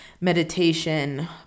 meditation